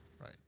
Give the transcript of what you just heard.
right